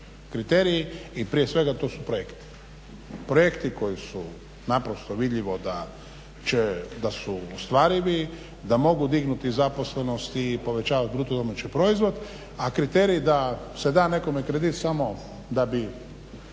kriteriji i prije svega tu su projekti, projekti koji su naprosto vidljivo da će, da su ostvarivi, da mogu dignuti zaposlenost i povećat bruto domaći proizvod a kriteriji da se da nekome kredit samo da bi